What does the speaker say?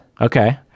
Okay